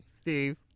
Steve